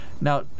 now